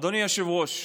אדוני היושב-ראש,